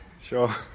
Sure